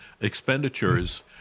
expenditures